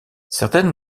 certaines